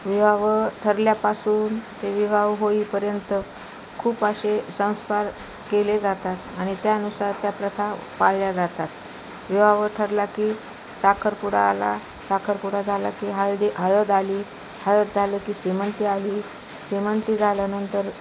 विवाह ठरल्यापासून ते विवाह होईपर्यंत खूप असे संस्कार केले जातात आणि त्यानुसार त्या प्रथा पाळल्या जातात विवाह ठरला की साखरपुडा आला साखरपुडा झाला की हळदी हळद आली हळद झालं की सेमंती आली सेमंती झाल्यानंतर